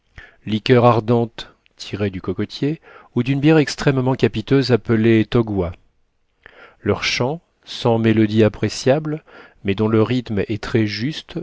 liqueur ardente tirée du cocotier ou d'une bière extrêmement capiteuse appelée togwa leurs chants sans mélodie appréciable mais dont le rythme est très juste